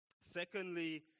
Secondly